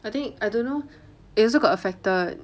I think I don't know it also got affected